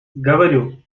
говорю